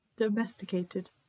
Domesticated